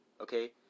okay